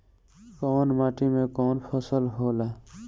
कवन माटी में कवन फसल हो ला?